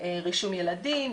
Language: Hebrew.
רישום ילדים,